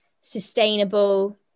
sustainable